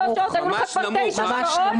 ממש נמוך.